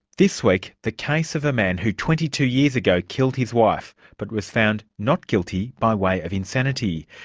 this week, the case of a man who twenty two years ago killed his wife, but was found not guilty by way of insanity.